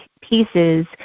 pieces